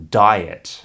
diet